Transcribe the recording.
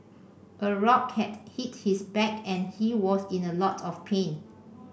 a rock had hit his back and he was in a lot of pain